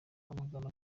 amagana